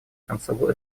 концу